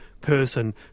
person